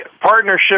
partnership